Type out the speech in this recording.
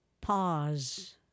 Pause